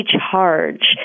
charge